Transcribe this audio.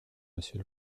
monsieur